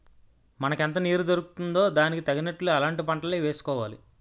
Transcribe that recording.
మనకెంత నీరు దొరుకుతుందో దానికి తగినట్లు అలాంటి పంటలే వేసుకోవాలి